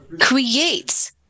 creates